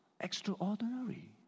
extraordinary